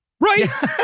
right